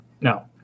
No